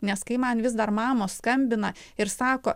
nes kai man vis dar mamos skambina ir sako